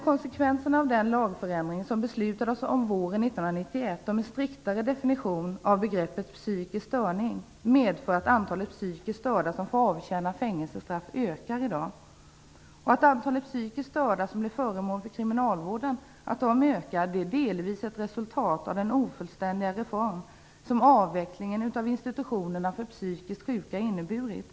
Konsekvensen av den lagförändring som beslutades våren 1991 om en striktare definition av begreppet "psykisk störning" har medfört att antalet psykiskt störda som får avtjäna fängelsestraff i dag ökar. Att antalet psykiskt störda som är föremål för kriminalvården ökar är delvis ett resultat av den ofullständiga reform som avvecklingen av institutionerna för psykiskt sjuka inneburit.